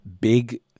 big